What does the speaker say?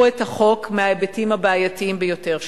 את החוק מההיבטים הבעייתיים ביותר שבו.